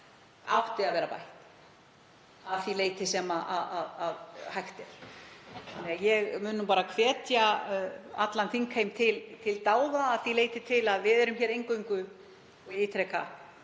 átti að vera bætt, að því leyti sem hægt er. Ég mun bara hvetja allan þingheim til dáða að því leyti til að við erum hér eingöngu, og ég ítreka